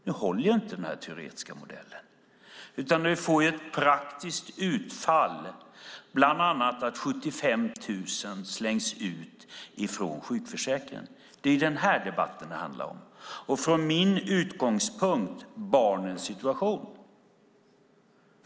Nu håller inte den här teoretiska modellen, utan den får bland annat det praktiska utfallet att 75 000 slängs ut från sjukförsäkringen. Det är den här debatten det handlar om och, från min utgångspunkt, barnens situation.